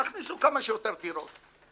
תכניסו כמה שיותר דירות.